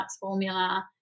formula